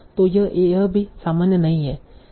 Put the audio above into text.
तो यह भी सामान्य नहीं है